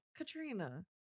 Katrina